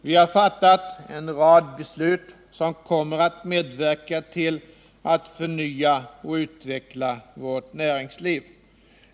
Vi har fattat en rad beslut som kommer att medverka till att förnya och utveckla vårt näringsliv.